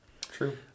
True